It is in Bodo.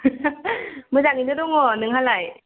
मोजाङैनो दङ' नोंहालाय